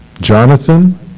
Jonathan